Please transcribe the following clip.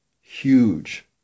huge